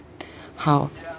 how